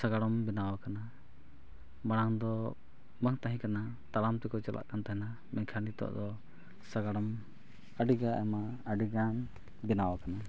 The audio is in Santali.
ᱥᱟᱜᱟᱲᱚᱢ ᱵᱮᱱᱟᱣ ᱟᱠᱟᱱᱟ ᱢᱟᱲᱟᱝ ᱫᱚ ᱵᱟᱝ ᱛᱟᱦᱮᱸ ᱠᱟᱱᱟ ᱛᱟᱲᱟᱢ ᱛᱮᱠᱚ ᱪᱟᱞᱟᱜ ᱠᱟᱱ ᱛᱟᱦᱮᱱᱟ ᱢᱮᱱᱠᱷᱟᱱ ᱱᱤᱛᱚᱜ ᱫᱚ ᱥᱟᱜᱟᱲᱚᱢ ᱟᱹᱰᱤᱜᱮ ᱟᱭᱢᱟ ᱟᱹᱰᱤᱜᱟᱱ ᱵᱮᱱᱟᱣ ᱟᱠᱟᱱᱟ